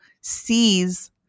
sees